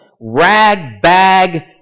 rag-bag